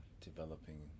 developing